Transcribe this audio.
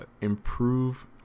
improve